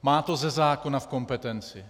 Má to ze zákona v kompetenci.